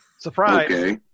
Surprise